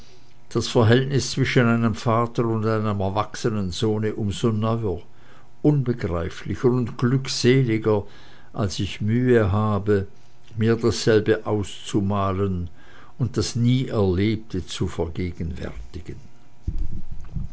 das verhältnis zwischen einem vater und einem erwachsenen sohne um so neuer unbegreiflicher und glückseliger als ich mühe habe mir dasselbe auszumalen und das nie erlebte zu vergegenwärtigen